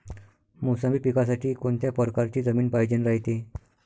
मोसंबी पिकासाठी कोनत्या परकारची जमीन पायजेन रायते?